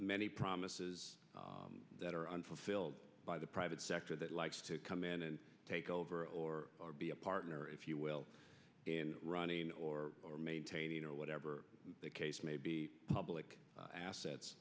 many promises that are unfulfilled by the private sector that likes to come in and take over or be a partner if you will running or maintaining or whatever the case may be public assets